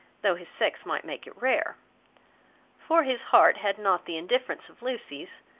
though his sex might make it rare for his heart had not the indifference of lucy's,